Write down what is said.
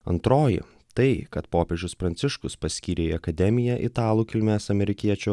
antroji tai kad popiežius pranciškus paskyrė į akademiją italų kilmės amerikiečių